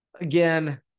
Again